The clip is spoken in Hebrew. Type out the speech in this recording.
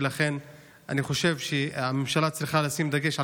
ולכן אני חושב שהממשלה צריכה לשים דגש על